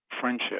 friendship